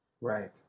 Right